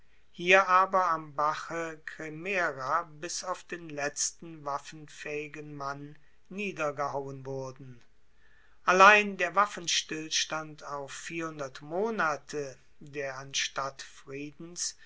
hier aber am bache cremera bis auf den letzten waffenfaehigen mann niedergehauen wurden allein der waffenstillstand auf monate der anstatt friedens